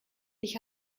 ich